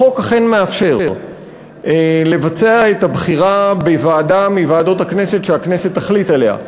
החוק אכן מאפשר לבצע את הבחירה בוועדה מוועדות הכנסת שהכנסת תחליט עליה,